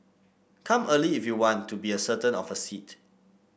come early if you want to be a certain of a seat